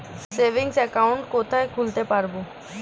Savings account কোথায় খুলতে পারব?